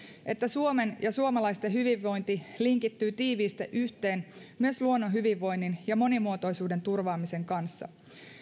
että suomen ja suomalaisten hyvinvointi linkittyy tiiviisti yhteen myös luonnon hyvinvoinnin ja monimuotoisuuden turvaamisen kanssa